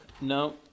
no